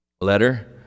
letter